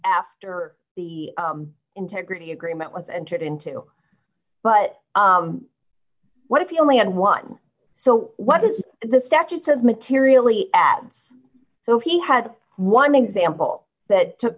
after the integrity agreement was entered into but what if you only had one so what is the statute says materially adds so he had one example that took